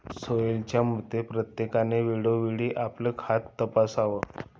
सोहेलच्या मते, प्रत्येकाने वेळोवेळी आपलं खातं तपासावं